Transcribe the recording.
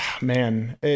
man